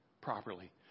properly